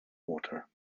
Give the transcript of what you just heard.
water